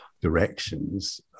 directions